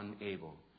unable